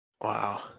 Wow